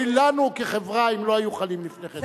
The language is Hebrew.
אוי לנו כחברה אם לא היו חלים לפני כן.